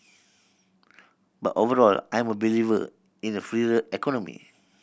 but overall I'm a believer in a freer economy